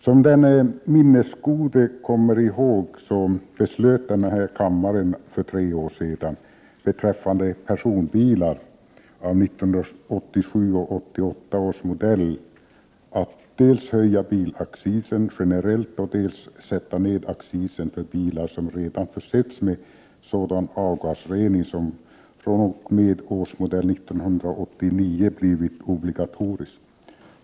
Som den minnesgode kommer ihåg beslöt denna kammare för tre år sedan beträffande personbilar av 1987 och 1988 års modeller att dels höja bilaccisen generellt, dels sätta ned accisen för bilar som redan försetts med sådan avgasrening som fr.o.m. årsmodell 1989 blivit obligatorisk.